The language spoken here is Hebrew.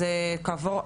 אז כעבור,